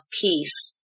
peace